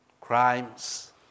crimes